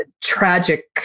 tragic